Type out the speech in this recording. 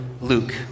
Luke